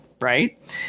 right